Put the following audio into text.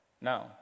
No